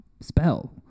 spell